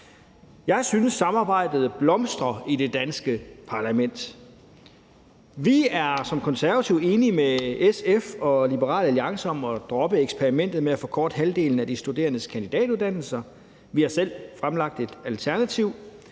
Jeg synes, samarbejdet blomster i det danske parlament. Vi er som Konservative enige med SF og Liberal Alliance om at droppe eksperimentet med at forkorte halvdelen af de studerendes kandidatuddannelser – vi har selv fremlagt et alternativ